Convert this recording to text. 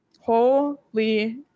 Holy